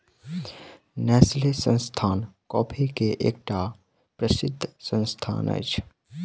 Nestle संस्थान coffee के एकटा प्रसिद्ध संस्थान अछि